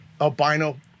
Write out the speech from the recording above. albino